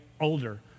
older